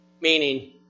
meaning